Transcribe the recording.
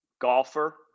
golfer